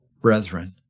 Brethren